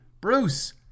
Bruce